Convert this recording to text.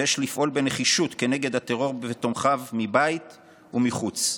ויש לפעול בנחישות כנגד הטרור ותומכיו מבית ומחוץ.